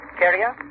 carrier